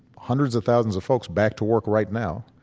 hundreds of thousands of folks back to work right now